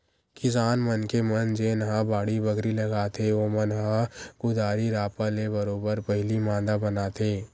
किसान मनखे मन जेनहा बाड़ी बखरी लगाथे ओमन ह कुदारी रापा ले बरोबर पहिली मांदा बनाथे